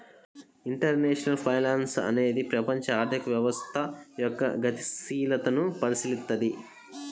international finance అనేది ప్రపంచ ఆర్థిక వ్యవస్థ యొక్క గతిశీలతను పరిశీలిత్తది